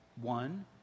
One